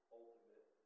ultimate